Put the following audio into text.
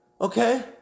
okay